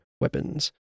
weapons